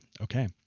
okay